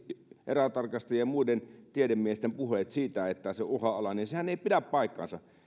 erätarkastajien ja muiden tiedemiesten puheet että se on uhanalainen eiväthän ne pidä paikkaansa